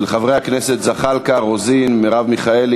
הצעות לסדר-היום מס' 1457,